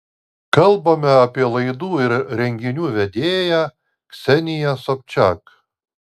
kalbame apie laidų ir renginių vedėja kseniją sobčak